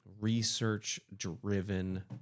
research-driven